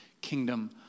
kingdom